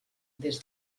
des